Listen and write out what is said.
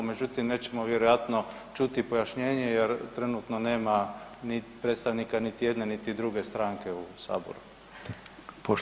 Međutim, nećemo vjerojatno čuti pojašnjenje jer trenutno nema niti predstavnika niti jedne, niti druge stranke u Saboru.